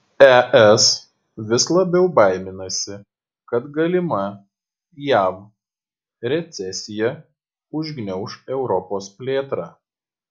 es vis labiau baiminasi kad galima jav recesija užgniauš europos plėtrą